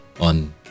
on